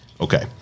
Okay